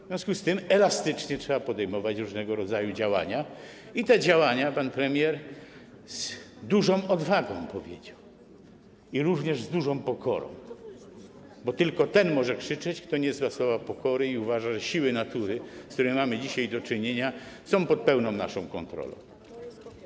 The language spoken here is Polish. W związku z tym elastycznie trzeba podejmować różnego rodzaju działania i o tych działaniach pan premier z dużą odwagą i z dużą pokorą powiedział, bo tylko ten może krzyczeć, kto nie zna słowa: pokora i uważa, że siły natury, z którymi mamy dzisiaj do czynienia, są pod pełną naszą kontrolą.